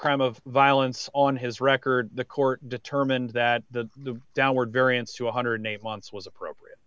crime of violence on his record the court determined that the downward variance to one hundred and eight months was appropriate